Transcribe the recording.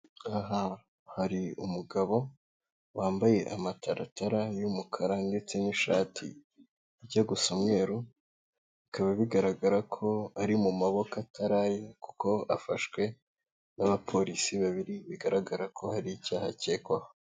Aha hari umugabo wambaye amataratara y'umukara ndetse n'ishati ijya gu gusa umweru, bikaba bigaragara ko ari mu maboko atari aye, kuko afashwe n'abapolisi babiri, bigaragara ko hari icyaha akekwaho.